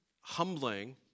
humbling